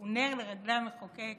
הוא נר לרגלי המחוקק